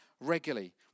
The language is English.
regularly